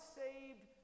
saved